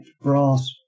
Brass